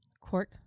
Cork